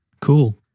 Cool